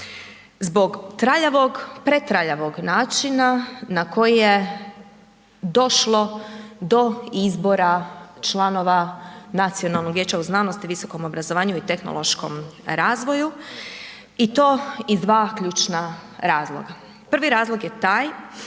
zbog traljavog, pretraljavog načina na koji je došlo do izbora članova Nacionalnog vijeća u znanosti, visokom obrazovanju i tehnološkom razvoju. I to iz dva ključna razloga. Prvi razlog je taj,